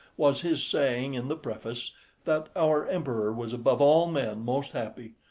was his saying in the preface that our emperor was above all men most happy,